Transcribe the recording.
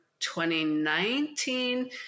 2019